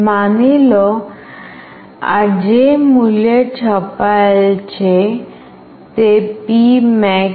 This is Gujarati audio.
માની લો આ જે મૂલ્ય છપાયેલ છે તે P max છે